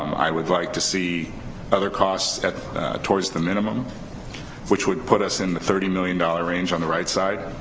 i would like to see other costs at towards the minimum which would put us in the thirty million dollar range on the right side,